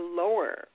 lower